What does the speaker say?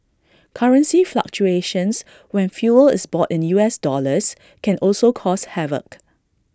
currency fluctuations when fuel is bought in U S dollars can also cause havoc